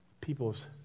people's